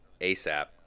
ASAP